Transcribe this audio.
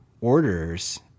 orders